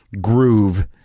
groove